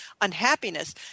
unhappiness